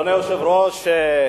אדוני היושב-ראש,